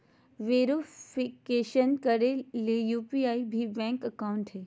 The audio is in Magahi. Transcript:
वेरिफिकेशन करे ले यू.पी.आई ही बैंक अकाउंट हइ